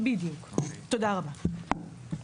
בדיוק, תודה רבה.